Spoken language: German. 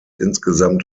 insgesamt